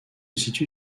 situe